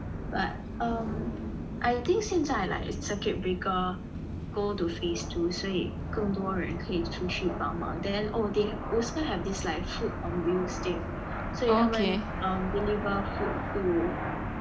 but um I think 现在 like circuit breaker go to phase two 所以更多人可以出去帮忙 then oh they also have this like food on wheels thing 所以他们 um deliver food to